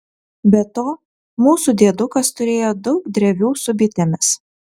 be to mūsų diedukas turėjo daug drevių su bitėmis